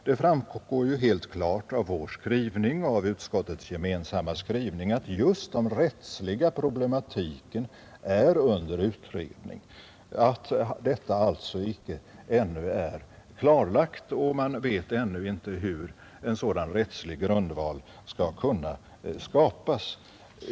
Det framgår helt klart av utskottets gemensamma skrivning att just den rättsliga problematiken är under utredning och att detta alltså inte ännu är klarlagt. Man vet ännu inte hur en sådan rättslig grundval skall kunna skapas.